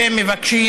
שמבקשים